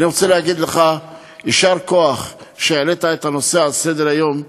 אני רוצה להגיד לך יישר כוח על שהעלית את הנושא על סדר-היום,